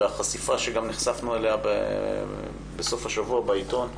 והחשיפה שגם נחשפנו אליה בסוף השבוע בעיתון,